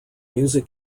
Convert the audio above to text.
music